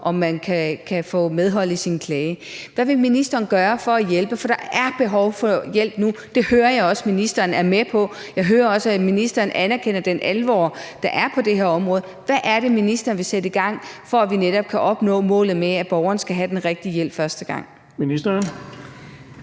om man kan få medhold i sin klage. Hvad vil ministeren gøre for at hjælpe? For der er behov for hjælp nu. Det hører jeg også at ministeren er med på, og jeg hører også, at ministeren anerkender den alvor, der er i forhold til det her område. Hvad er det, ministeren vil sætte i gang, for at vi netop kan opnå målet med, at borgeren skal have den rigtige hjælp første gang? Kl.